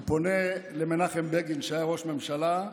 הוא פונה למנחם בגין, שהיה ראש ממשלה,